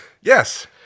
Yes